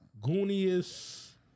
gooniest